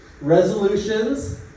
resolutions